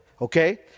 Okay